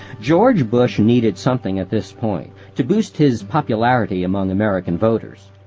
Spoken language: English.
george bush needed something at this point to boost his popularity among american voters.